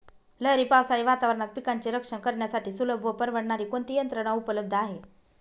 लहरी पावसाळी वातावरणात पिकांचे रक्षण करण्यासाठी सुलभ व परवडणारी कोणती यंत्रणा उपलब्ध आहे?